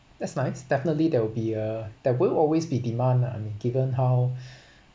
that's nice definitely there will be a that will always be demand um given how